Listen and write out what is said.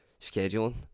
scheduling